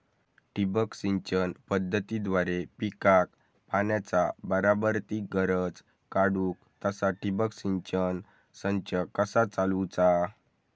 ठिबक सिंचन पद्धतीद्वारे पिकाक पाण्याचा बराबर ती गरज काडूक तसा ठिबक संच कसा चालवुचा?